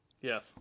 Yes